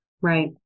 Right